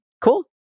Cool